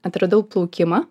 atradau plaukimą